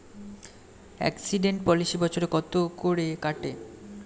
Accident policy বছরে কত করে কাটে?